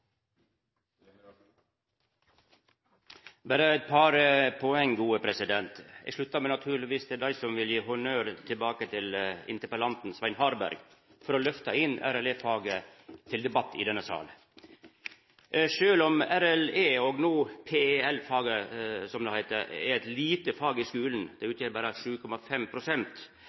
berre eit par poeng. Eg sluttar meg naturlegvis til dei som vil gje honnør til interpellanten Svein Harberg for å løfta inn RLE-faget til debatt i denne salen. Sjølv om RLE, og no PEL-faget, som det heiter, er eit lite fag i skulen – det utgjer berre